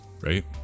right